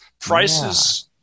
prices